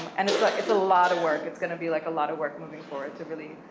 and it's like it's a lot of work. it's gonna be like a lot of work moving forward to really